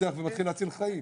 פותח ומתחיל להציל חיים?